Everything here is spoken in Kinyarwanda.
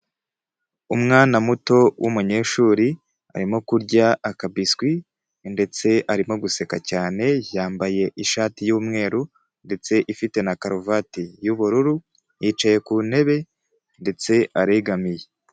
Umwana muto w'umunyeshuri arimo kurya akabiswi ndetse arimo guseka cyane yambaye ishati y'umweru ndetse ifite na karuvati y'ubururu yicaye ku ntebe ndetse aregamiye.